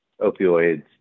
opioids